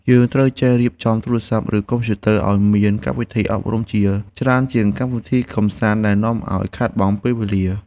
យើងត្រូវចេះរៀបចំទូរស័ព្ទ ឬកុំព្យូទ័រឱ្យមានកម្មវិធីអប់រំច្រើនជាងកម្មវិធីកម្សាន្តដែលនាំឱ្យខាតបង់ពេលវេលា។